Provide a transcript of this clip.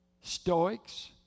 Stoics